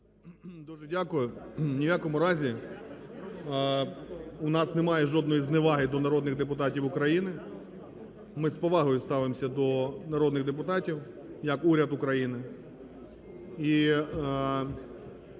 Дуже дякую. Ні в якому разі у нас немає жодної зневаги до народних депутатів України. Ми з повагою ставимося до народних депутатів як уряд України.